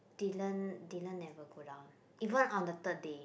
Dylan Dylan never go down even on the third day